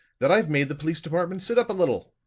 that i've made the police department sit up a little.